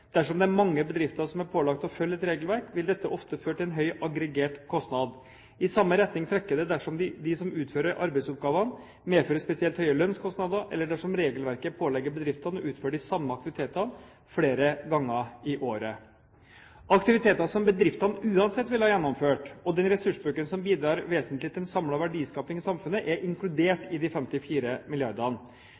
Dersom det er mange bedrifter som er pålagt å følge et regelverk, vil dette ofte føre til en høy aggregert kostnad. I samme retning trekker det dersom de som utfører arbeidsoppgavene, medfører spesielt høye lønnskostnader, eller dersom regelverket pålegger bedriftene å utføre de samme aktivitetene flere ganger i året. Aktiviteter som bedriftene uansett ville ha gjennomført, og den ressursbruken som bidrar vesentlig til en samlet verdiskaping i samfunnet, er inkludert i de 54